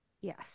Yes